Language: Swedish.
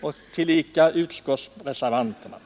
och tillika utskottsreservanterna — begärt?